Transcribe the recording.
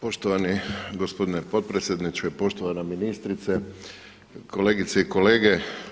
Poštovani gospodine potpredsjedniče, poštovana ministrice, kolegice i kolege.